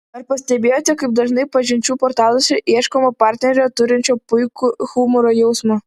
ar pastebėjote kaip dažnai pažinčių portaluose ieškoma partnerio turinčio puikų humoro jausmą